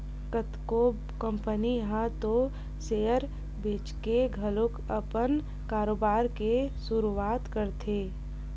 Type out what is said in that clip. कतको कंपनी ह तो सेयर बेंचके घलो अपन कारोबार के सुरुवात करथे